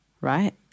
right